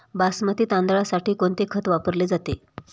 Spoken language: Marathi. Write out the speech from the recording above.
बासमती तांदळासाठी कोणते खत वापरले जाते?